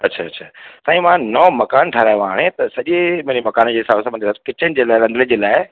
अच्छा अच्छा साईं मां नओ मकान ठाहिरायो आहे हाणे त सॼे मुंहिंजे मकान जे हिसाब सां मुंहिंजे रस किचन जे लाइ रंधणे जे लाइ